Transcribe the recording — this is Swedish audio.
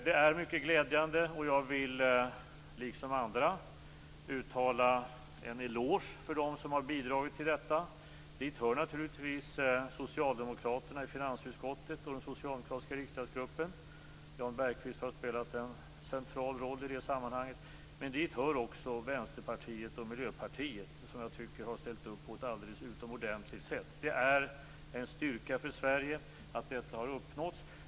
Det är mycket glädjande, och jag vill liksom andra ge en eloge till dem som har bidragit till detta. Dit hör naturligtvis socialdemokraterna i finansutskottet och den socialdemokratiska riksdagsgruppen - Jan Bergqvist har spelat en central roll i det sammanhanget - men dit hör också Vänsterpartiet och Miljöpartiet, som jag tycker har ställt upp på ett alldeles utomordentligt sätt. Det är en styrka för Sverige att detta har uppnåtts.